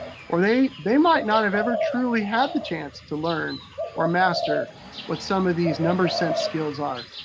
or they they might not have ever truly had the chance to learn or master what some of these number sense skills are.